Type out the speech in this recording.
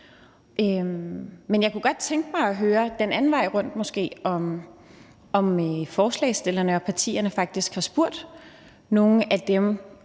Men jeg kunne godt tænke mig at høre den anden vej rundt, måske, om forslagsstillerne og deres partier faktisk har spurgt nogle af dem,